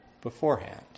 beforehand